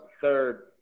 third